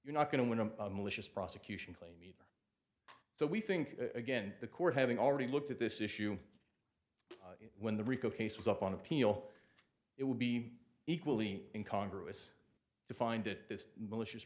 you're not going to win a malicious prosecution claim so we think again the court having already looked at this issue when the rico case was up on appeal it would be equally in congress to find it this malicious